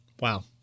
Wow